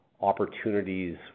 opportunities